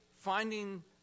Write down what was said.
finding